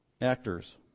Actors